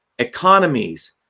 Economies